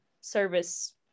service